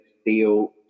steel